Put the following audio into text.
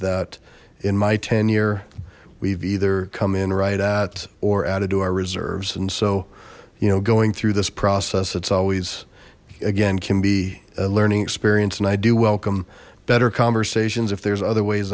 that in my tenure we've either come in right at or added to our reserves and so you know going through this process that's always again can be a learning experience and i do welcome better conversations if there's other ways